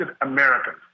Americans